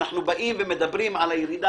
אנחנו מדברים על ירידה,